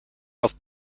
auf